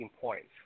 points